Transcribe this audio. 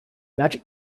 magic